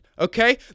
okay